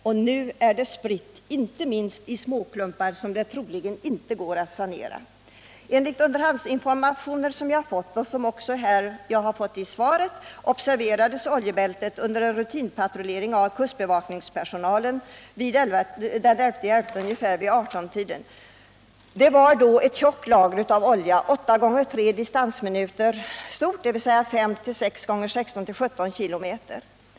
Och nu är den så spridd, i stor utsträckning i småklumpar, att det troligen ej går att sanera stränderna. Enligt underhandsinformation som jag fått, och som det också redogjorts för i svaret, observerades oljebältet under en rutinpatrullering av kustbevakningspersonal ungefär vid 18-tiden den 11 oktober. Sedan larm utfärdats ställde personalen omgående och lojalt upp och gick mot oljebältet. Det gällde ett tjockt lager olja med en storlek av 3 gånger 8 distansminuter, dvs. motsvarande 5-6 gånger 16-17 km.